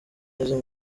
nizo